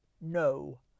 no